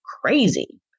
crazy